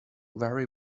very